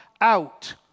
out